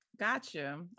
Gotcha